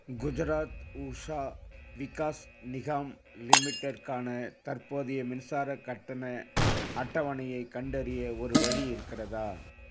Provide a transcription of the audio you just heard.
குஜராத் உஷா விகாஸ் நிகாம் லிமிடெட்டுக்கான தற்போதைய மின்சாரக் கட்டண அட்டவணையைக் கண்டறிய ஒரு வழி இருக்கிறதா